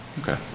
okay